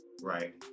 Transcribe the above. Right